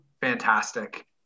fantastic